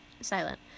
silent